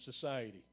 society